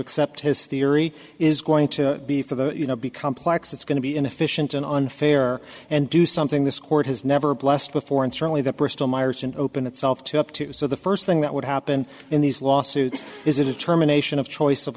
accept his theory is going to be for the you know be complex it's going to be inefficient and unfair and do something this court has never blessed before and certainly that bristol myers and opened itself up to so the first thing that would happen in these lawsuits is it is terminations of choice of